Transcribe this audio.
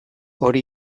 hori